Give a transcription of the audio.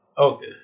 Okay